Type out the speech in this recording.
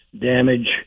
damage